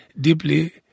deeply